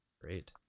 great